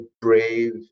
brave